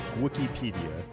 Wikipedia